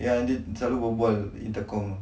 yang dia selalu berbual intercom tu